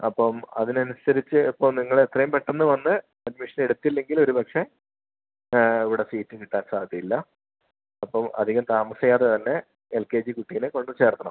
അപ്പം അതിന് അനുസരിച്ച് അപ്പോൾ നിങ്ങൾ എത്രയും പെട്ടന്ന് വന്ന് അഡ്മിഷൻ എടുത്തില്ലെങ്കിൽ ഒരു പക്ഷെ ഇവിടെ സീറ്റ് കിട്ടാൻ സാധ്യത ഇല്ല അപ്പോൾ അതികം താമസിയാതെ തന്നെ എൽ കെ ജി കുട്ടിനെ കൊണ്ട് ചേർത്തണം